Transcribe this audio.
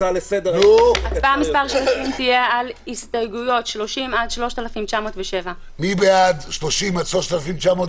הסתייגות מס' 20. מי בעד ההסתייגות?